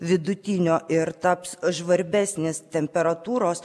vidutinio ir taps žvarbesnis temperatūros